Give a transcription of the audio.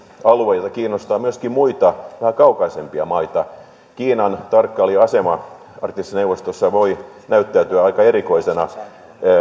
alue joka kiinnostaa myöskin muita vähän kaukaisempia maita kiinan tarkkailija asema arktisessa neuvostossa voi näyttäytyä aika erikoisena